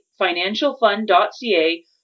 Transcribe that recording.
financialfund.ca